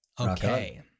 Okay